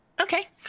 Okay